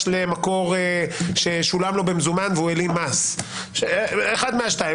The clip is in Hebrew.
למקור ששולם לו במזומן והוא העלים מס - אחד מהשניים.